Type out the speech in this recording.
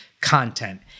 content